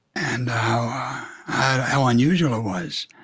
and how unusual it was,